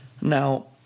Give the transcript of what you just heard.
Now